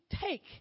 take